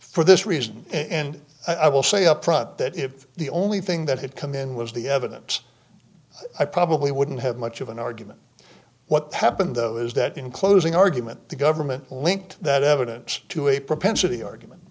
for this reason and i will say upfront that if the only thing that had come in was the evidence i probably wouldn't have much of an argument what happened though is that in closing argument the government linked that evidence to a propensity argument